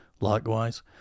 likewise